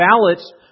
ballots